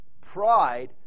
pride